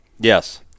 Yes